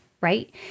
right